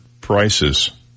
prices